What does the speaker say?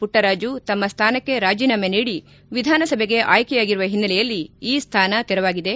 ಪುಟ್ಟರಾಜು ತಮ್ಮ ಸ್ಥಾನಕ್ಕೆ ರಾಜೀನಾಮೆ ನೀಡಿ ವಿಧಾನಸಭೆಗೆ ಆಯ್ಕೆಯಾಗಿರುವ ಓನ್ನೆಲೆಯಲ್ಲಿ ಈ ಸ್ಥಾನ ತೆರವಾಗಿದೆ